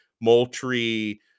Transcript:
Moultrie